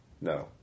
No